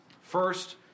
First